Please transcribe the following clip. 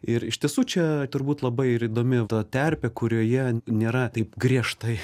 ir iš tiesų čia turbūt labai ir įdomi terpė kurioje nėra taip griežtai